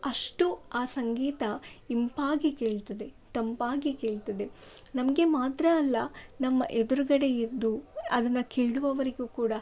ಅಷ್ಟು ಆ ಸಂಗೀತ ಇಂಪಾಗಿ ಕೇಳ್ತದೆ ತಂಪಾಗಿ ಕೇಳ್ತದೆ ನಮಗೆ ಮಾತ್ರ ಅಲ್ಲ ನಮ್ಮ ಎದುರುಗಡೆ ಇದ್ದು ಅದನ್ನು ಕೇಳುವವರಿಗೂ ಕೂಡ